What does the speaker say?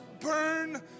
burn